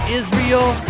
israel